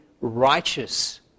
righteous